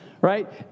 right